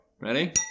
Ready